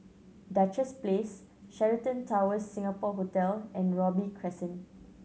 Duchess Place Sheraton Towers Singapore Hotel and Robey Crescent